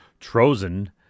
Trozen